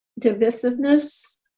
divisiveness